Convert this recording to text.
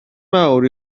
mawr